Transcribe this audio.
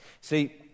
See